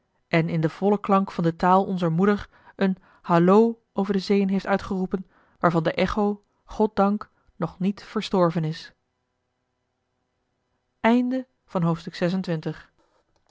en in den vollen klank van de taal onzer moeder een hallo over de zeeën heeft uitgeroepen waarvan de echo goddank nog niet verstorven is